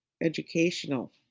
educational